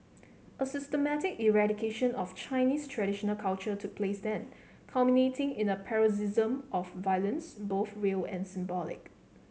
a systematic eradication of Chinese traditional culture took place then culminating in a paroxysm of violence both real and symbolic